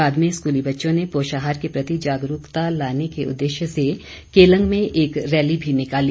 बाद में स्कूली बच्चों ने पोषाहार के प्रति जागरूक लाने के उद्देश्य से केलंग में एक रैली भी निकाली